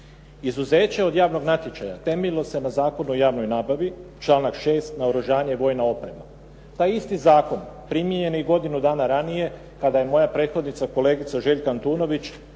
Izuzeće od javnog natječaja temeljilo se na Zakonu o javnoj nabavi, članak 6. naoružanje, vojna oprema. Taj isti zakon primijenjen i godinu dana ranije kada je moja prethodnica kolegica Željka Antunović,